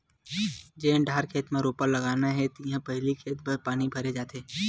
जेन डहर खेत म रोपा लगाना हे तिहा पहिली खेत भर पानी भरे जाथे